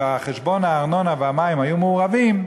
וחשבונות הארנונה והמים היו מעורבים,